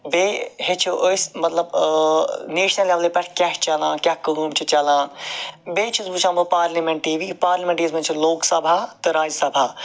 بیٚیہِ ہیٚچھو أسۍ مَطلَب نیشنل لیٚولہ پیٚٹھ کیاہ چھُ چَلان کیاہ کٲم چھِ چَلان بیٚیہِ چھُس وٕچھان بہٕ parliament T V parliament T V یَس مَنٛز چھِ لوک سبھا تہٕ راجیہ سبھا